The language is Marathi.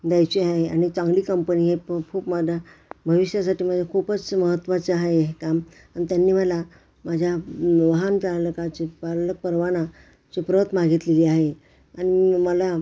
द्यायची आहे आणि चांगली कंपनी आहे प खूप मला भविष्यासाठी माझ्या खूपच महत्त्वाचं आहे हे काम आणि त्यांनी मला माझ्या वाहन चालकाची पालक परवाना ची प्रत मागितलेली आहे आणि मला